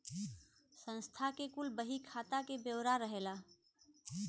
संस्था के कुल बही खाता के ब्योरा रहेला